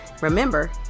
Remember